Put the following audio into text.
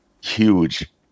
huge